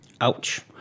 Ouch